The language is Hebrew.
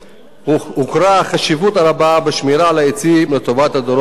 הוכרה החשיבות הרבה בשמירה על העצים לטובת הדורות הבאים.